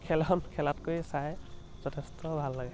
খেল এখন খেলাতকৈ চাই যথেষ্ট ভাল লাগে